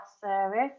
service